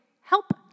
help